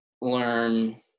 learn